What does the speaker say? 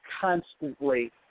constantly